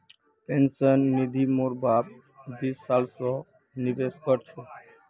pension निधित मोर बाप बीस साल स निवेश कर छ